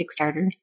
Kickstarter